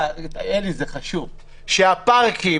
שהפארקים,